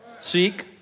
Seek